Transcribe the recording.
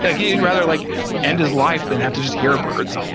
ah you'd rather like end his life than have to just hear birds.